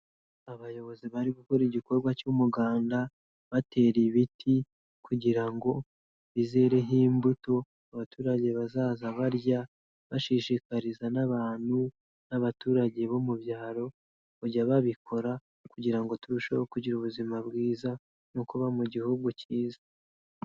Abayobozi bari gukora igikorwa cy'umuganda batera ibiti kugira ngo bizereho imbuto abaturage bazaza bajya, bashishikariza n'abantu n'abaturage bo mu byaro kujya babikora kugira ngo turusheho kugira ubuzima bwiza no kuba mu gihugu cyiza.